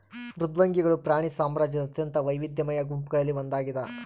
ಮೃದ್ವಂಗಿಗಳು ಪ್ರಾಣಿ ಸಾಮ್ರಾಜ್ಯದ ಅತ್ಯಂತ ವೈವಿಧ್ಯಮಯ ಗುಂಪುಗಳಲ್ಲಿ ಒಂದಾಗಿದ